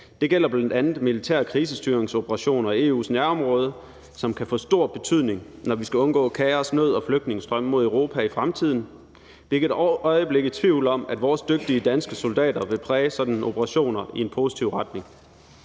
Det gælder bl.a. militære krisestyringsoperationer i EU's nærområde, som kan få stor betydning, når vi skal undgå kaos, nød og flygtningestrømme mod Europa i fremtiden. Vi er ikke et øjeblik i tvivl om, at vores dygtige danske soldater vil præge sådanne operationer i en positiv retning.